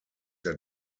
der